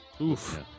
Oof